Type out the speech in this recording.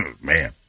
Man